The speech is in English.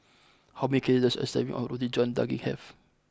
how many calories does a serving of Roti John Daging have